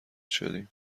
شدیم